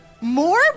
More